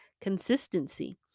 consistency